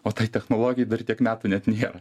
o tai technologijai dar tiek metų net nėra